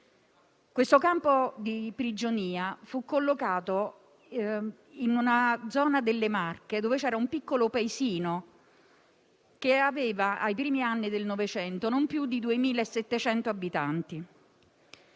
Questo campo di prigionia fu collocato in una zona delle Marche dove c'era un piccolo paesino che, nei primi anni del Novecento, non aveva più di 2.700 abitanti.